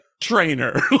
Trainer